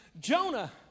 Jonah